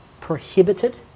prohibited